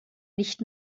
nicht